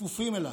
כפופים אליו.